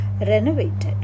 renovated